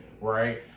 right